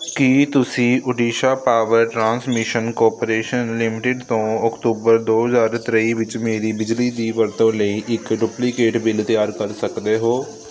ਕੀ ਤੁਸੀਂ Odisha power transmission corporation limited ਤੋਂ ਅਕਤੂਬਰ ਦੋ ਹਜ਼ਾਰ ਤੇਈ ਵਿੱਚ ਮੇਰੀ ਬਿਜਲੀ ਦੀ ਵਰਤੋਂ ਲਈ ਇੱਕ ਡੁਪਲੀਕੇਟ ਬਿੱਲ ਤਿਆਰ ਕਰ ਸਕਦੇ ਹੋ